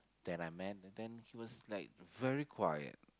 that I met then he was like very quiet